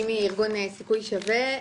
אני מארגון "סיכוי שווה",